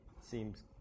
seems